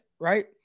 Right